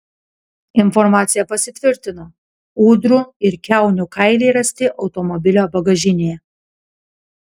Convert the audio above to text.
informacija pasitvirtino ūdrų ir kiaunių kailiai rasti automobilio bagažinėje